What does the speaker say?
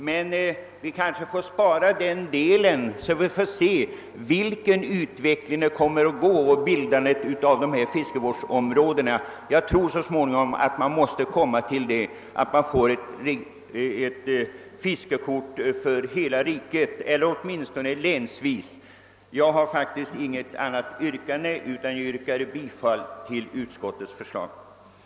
Men vi kanske får spara den delen tills vi sett hurudan utvecklingen blir efter bildandet av fiskevårdsområdena. Framdeles behövs dock — jag upprepar det — fiskekort för hela riket eller åtminstone för länen. Herr talman! Jag har inget annat yrkande än om bifall till tredje lagutskottets hemställan i utlåtande nr 32.